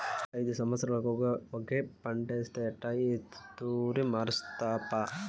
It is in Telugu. ఐదు సంవత్సరాలుగా ఒకే పంటేస్తే ఎట్టా ఈ తూరి మార్సప్పా